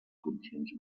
funcions